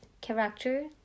character